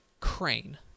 crane